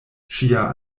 ŝia